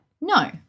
No